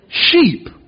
sheep